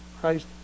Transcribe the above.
Christ